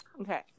Okay